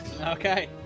Okay